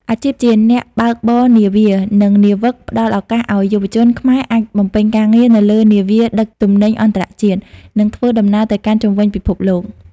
អាជីពជាអ្នកបើកបរនាវា និងនាវិក ផ្តល់ឱកាសឱ្យយុវជនខ្មែរអាចបំពេញការងារនៅលើនាវាដឹកទំនិញអន្តរជាតិ និងធ្វើដំណើរទៅកាន់ជុំវិញពិភពលោក។